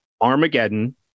Armageddon